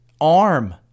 ARM